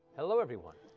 hello everyone!